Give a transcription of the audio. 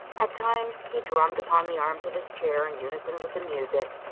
at times he drummed upon the arms of his chair in unison with the music,